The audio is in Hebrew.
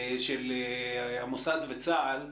של המוסד וצה"ל,